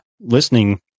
listening